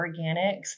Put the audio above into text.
Organics